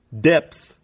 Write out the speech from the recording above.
depth